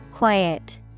Quiet